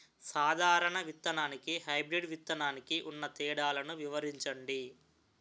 సాధారణ విత్తననికి, హైబ్రిడ్ విత్తనానికి ఉన్న తేడాలను వివరించండి?